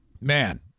Man